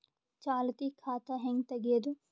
ಚಾಲತಿ ಖಾತಾ ಹೆಂಗ್ ತಗೆಯದು?